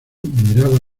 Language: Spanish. miraba